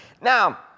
Now